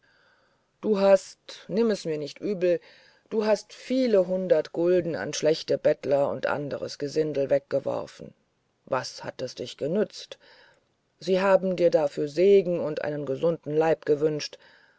du hast nimm mir es nicht übel du hast viele hundert gulden an schlechte bettler und anderes gesindel weggeworfen was hat es dich genützt sie haben dir dafür segen und einen gesunden leib gewünscht